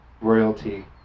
royalty